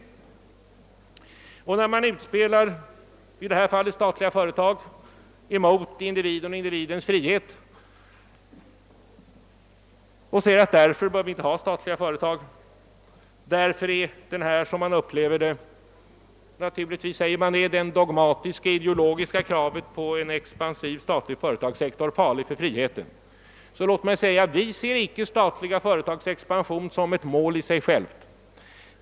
Med anledning av att man i detta fall spelar ut statliga företag mot individen och individens frihet och säger, att vi inte bör ha statliga företag, därför att en expansiv statlig företagssektor är farlig för friheten, vill jag framhålla, att vi icke ser statliga företags expansion som ett mål i sig självt.